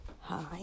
Hi